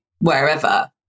wherever